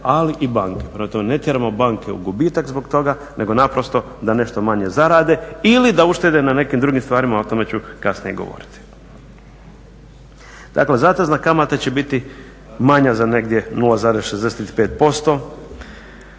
ali i banke. Prema tome, ne tjeramo banke u gubitak zbog toga nego naprosto da nešto malo zarade ili da uštede na nekim drugim stvarima, a o tome ću nešto kasnije govoriti. Dakle zatezna kamata će biti manja za negdje 0,65%